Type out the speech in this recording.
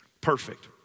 Perfect